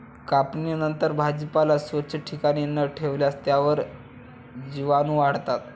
कापणीनंतर भाजीपाला स्वच्छ ठिकाणी न ठेवल्यास त्यावर जीवाणूवाढतात